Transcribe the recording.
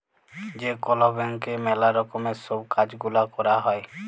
যে কল ব্যাংকে ম্যালা রকমের সব কাজ গুলা ক্যরা হ্যয়